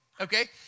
okay